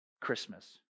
Christmas